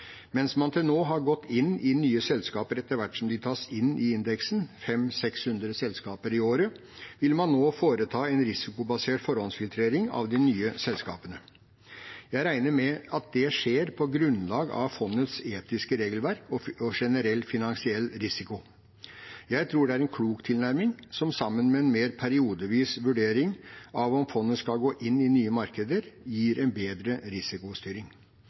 Mens man til nå har gått inn i nye selskaper etter hvert som de tas inn i indeksen, 500–600 selskaper i året, vil man nå foreta en risikobasert forhåndsfiltrering av de nye selskapene. Jeg regner med at det skjer på grunnlag av fondets etiske regelverk og generell finansiell risiko. Jeg tror det er en klok tilnærming, som sammen med en mer periodevis vurdering av om fondet skal gå inn i nye markeder, gir en bedre risikostyring.